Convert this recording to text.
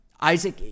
Isaac